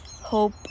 hope